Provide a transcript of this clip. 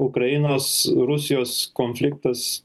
ukrainos rusijos konfliktas